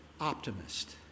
optimist